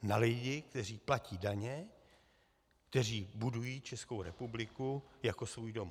Na lidi, kteří platí daně, kteří budují Českou republiku jako svůj domov.